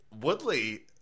Woodley